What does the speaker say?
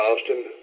Austin